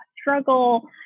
struggle